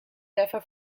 differ